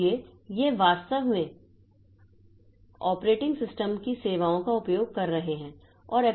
इसलिए वे वास्तव में ऑपरेटिंग सिस्टम की सेवाओं का उपयोग कर रहे हैं